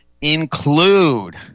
include